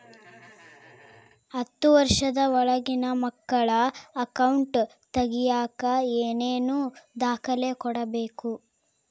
ಹತ್ತುವಷ೯ದ ಒಳಗಿನ ಮಕ್ಕಳ ಅಕೌಂಟ್ ತಗಿಯಾಕ ಏನೇನು ದಾಖಲೆ ಕೊಡಬೇಕು?